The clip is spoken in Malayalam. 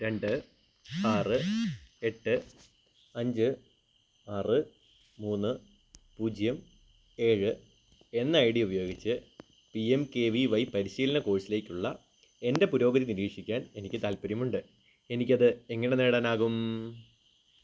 രണ്ട് ആറ് എട്ട് അഞ്ച് ആറ് മൂന്ന് പൂജ്യം ഏഴ് എന്ന ഐ ഡി ഉപയോഗിച്ച് P M K V Y പരിശീലന കോഴ്സിലേക്കുള്ള എൻ്റെ പുരോഗതി നിരീക്ഷിക്കാൻ എനിക്ക് താൽപ്പര്യമുണ്ട് എനിക്ക് അത് എങ്ങനെ നേടാനാകും